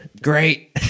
Great